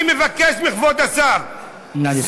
אני מבקש מכבוד השר, נא לסיים.